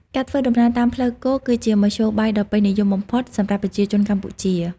ការធ្វើដំណើរតាមផ្លូវគោកគឺជាមធ្យោបាយដ៏ពេញនិយមបំផុតសម្រាប់ប្រជាជនកម្ពុជា។